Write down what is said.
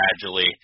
gradually